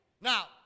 Now